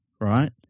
right